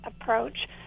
approach